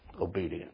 obedience